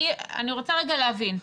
אני רוצה רגע להבין,